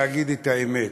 להגיד את האמת,